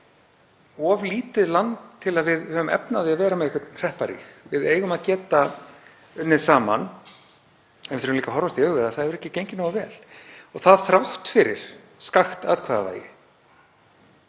of lítið land til að við höfum efni á því að vera með einhvern hrepparíg. Við eigum að geta unnið saman en við þurfum líka að horfast í augu við að það hefur ekki gengið nógu vel og það þrátt fyrir skakkt atkvæðavægi.